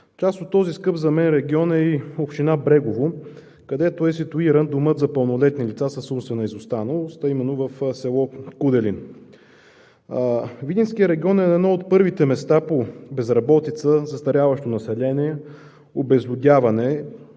Част от този скъп за мен регион е и община Брегово, където е ситуиран Домът за пълнолетни лица с умствена изостаналост, а именно в с. Куделин. Видинският регион е на едно от първите места по безработица, застаряващо население, обезлюдяване,